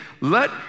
let